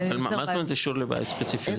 אבל מה זאת אומרת אישור לבית ספציפי?